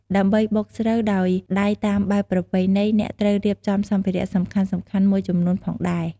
ដើម្បីបុកស្រូវដោយដៃតាមបែបប្រពៃណី អ្នកត្រូវរៀបចំសម្ភារៈសំខាន់ៗមួយចំនួនផងដែរ។